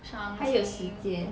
伤心